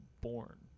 born